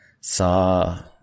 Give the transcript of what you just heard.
saw